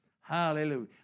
Hallelujah